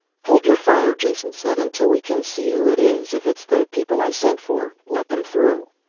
hold your fire, jason said, until we can see who it is. if it's the people i sent for, let them through.